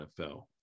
NFL